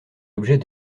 l’objet